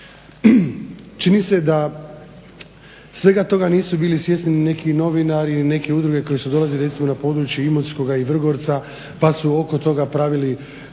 Čini se da svega toga nisu bili svjesni ni neki novinari, neke udruge koje su dolazile recimo na područje Imotskoga i Vrgorca pa su oko toga pravili